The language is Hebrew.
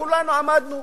כולנו עמדנו